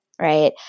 Right